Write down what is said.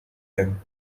him